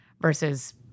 Versus